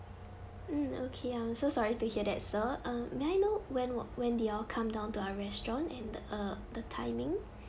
mm okay I'm so sorry to hear that sir uh may I know when when did you all come down to our restaurant and uh the timing